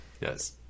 Yes